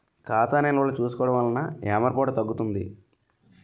ఖాతా నిల్వలు చూసుకోవడం వలన ఏమరపాటు తగ్గుతుంది